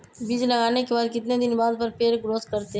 बीज लगाने के बाद कितने दिन बाद पर पेड़ ग्रोथ करते हैं?